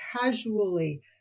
casually